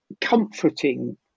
comforting